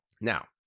Now